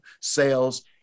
sales